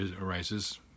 arises